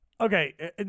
okay